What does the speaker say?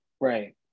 right